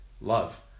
love